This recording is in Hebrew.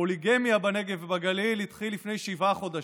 פוליגמיה בנגב ובגליל התחילה לפני שבעה חודשים,